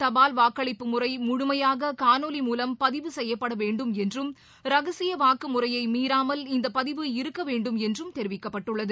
தபால் வாக்களிப்பு முறை முழுமையாக காணொலி மூலம் பதிவு செய்யப்படவேண்டும் என்றும் ரகசிய வாக்கு முறையை மீறாமல் இந்த பதிவு இருக்கவேண்டும் என்றும் தெரிவிக்கப்பட்டுள்ளது